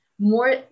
more